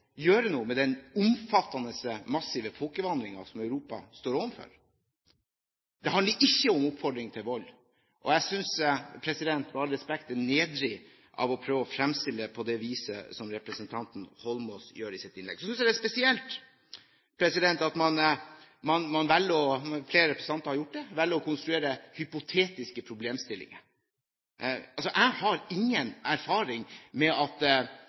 gjøre noe med den omfattende og massive folkevandringen som Europa står overfor. Det handler ikke om oppfordring til vold, og jeg synes med all respekt det er nedrig å prøve å fremstille det på det viset som representanten Holmås gjør i sitt innlegg. Så synes jeg det er spesielt at flere representanter velger å konstruere hypotetiske problemstillinger. Jeg har ingen erfaring med at